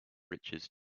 riches